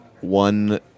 one